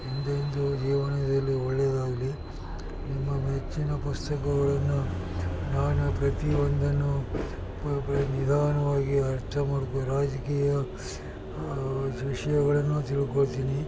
ಎಂದೆಂದು ಜೀವನದಲ್ಲಿ ಒಳ್ಳೆಯದಾಗ್ಲಿ ನಿಮ್ಮ ಮೆಚ್ಚಿನ ಪುಸ್ತಕಗಳನ್ನು ನಾನು ಪ್ರತಿಯೊಂದನ್ನೂ ಪ ಪ ನಿಧಾನವಾಗಿ ಅರ್ಥ ಮಾಡ್ಕೊ ರಾಜಕೀಯ ವಿಷಯಗಳನ್ನೂ ತಿಳ್ಕೊಳ್ತೀನಿ